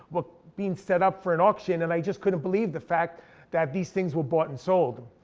were being set up for an auction. and i just couldn't believe the fact that these things were bought and sold.